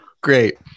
Great